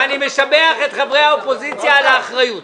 ואני משבח את חברי האופוזיציה על האחריות.